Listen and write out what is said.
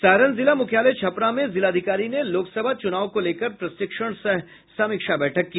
सारण जिला मुख्यालय छपरा में जिलाधिकारी ने लोकसभा चुनाव को लेकर प्रशिक्षण सह समीक्षा बैठक की